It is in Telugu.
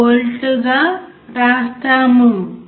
04 వోల్ట్లుగా వ్రాస్తాము